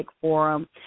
forum